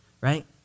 right